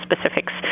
specifics